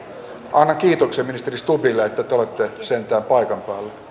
annan kiitoksen ministeri stubbille että te te olette sentään paikan päällä